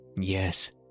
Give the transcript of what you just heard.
yes